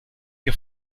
que